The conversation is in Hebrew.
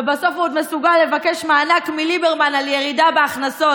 ובסוף הוא עוד מסוגל לבקש מענק מליברמן על ירידה בהכנסות.